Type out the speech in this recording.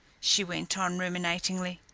she went on ruminatingly.